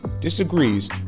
disagrees